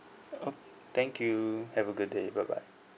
okay thank you have a good day bye bye